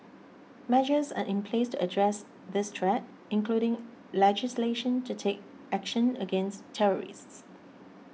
measures are in place to address this threat including legislation to take action against terrorists